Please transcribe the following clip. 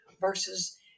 versus